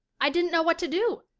i didn't know what to do.